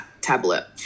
tablet